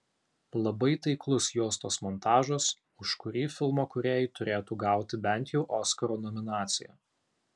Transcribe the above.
labai taiklus juostos montažas už kurį filmo kūrėjai turėtų gauti bent jau oskaro nominaciją